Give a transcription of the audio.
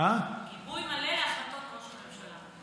גיבוי מלא להחלטות ראש הממשלה.